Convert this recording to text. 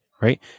right